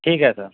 ठीक आहे सर